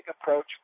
approach